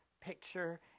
picture